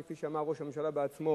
כפי שאמר ראש הממשלה בעצמו,